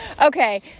Okay